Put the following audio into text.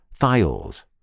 thiols